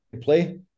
play